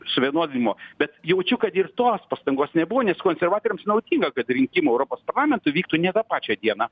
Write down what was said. suvienodinimo bet jaučiu kad ir tos pastangos nebuvo nes konservatoriams naudinga kad rinkimai į europos parlamentą vyktų ne tą pačią dieną